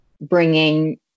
bringing